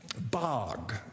Bog